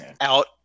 out